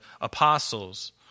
apostles